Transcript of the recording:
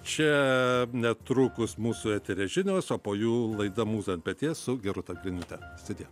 čia netrukus mūsų etery žinios o po jų laida mūza ant peties su gerūta griniūte sudie